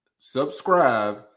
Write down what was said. subscribe